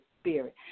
Spirit